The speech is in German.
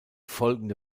folgende